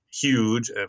huge